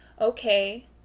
okay